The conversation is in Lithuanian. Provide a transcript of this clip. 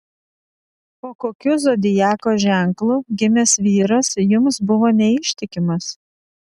po kokiu zodiako ženklu gimęs vyras jums buvo neištikimas